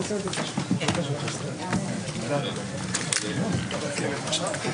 14:10.